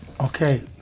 Okay